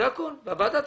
והוועדה תחליט.